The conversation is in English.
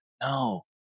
No